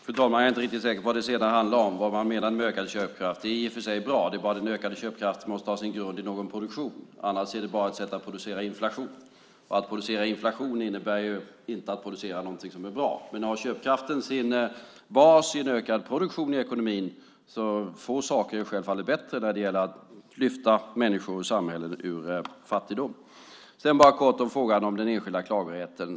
Fru talman! Jag är inte riktigt säker på vad det senare handlade om, vad man menade med ökad köpkraft. Det är i och för sig bra. Det är bara det att den ökade köpkraften måste ha sin grund i någon produktion. Annars är det bara ett sätt att producera inflation. Att producera inflation innebär ju inte att producera något som är bra, men har köpkraften sin bas i en ökad produktion i ekonomin är självfallet få saker bättre när det gäller att lyfta människor och samhällen ur fattigdom. Sedan vill jag bara säga något kort om frågan om den enskilda klagorätten.